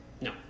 No